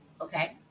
okay